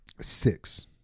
six